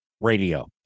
radio